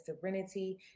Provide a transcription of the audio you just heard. serenity